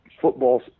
football